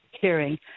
hearing